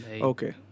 Okay